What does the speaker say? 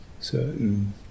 certain